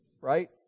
right